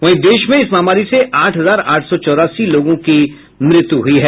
वही देश में इस महामारी से आठ हजार आठ सौ चौरासी लोगों की मृत्यु हुई है